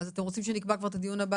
אז אתם רוצים שנקבע כבר את הדיון הבא